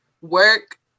work